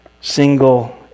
single